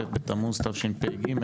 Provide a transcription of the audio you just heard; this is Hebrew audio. ט' בתמוז תשפ"ג.